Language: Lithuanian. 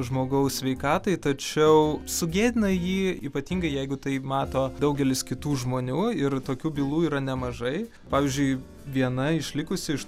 žmogaus sveikatai tačiau sugėdina jį ypatingai jeigu tai mato daugelis kitų žmonių ir tokių bylų yra nemažai pavyzdžiui viena išlikusi iš